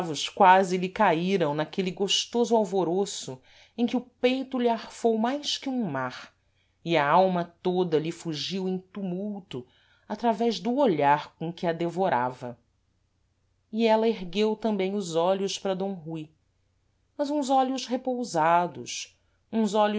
cravos quási lhe caíram naquele gostoso alvoroço em que o peito lhe arfou mais que um mar e a alma toda lhe fugiu em tumulto através do olhar com que a devorava e ela ergueu tambêm os olhos para d rui mas uns olhos repousados uns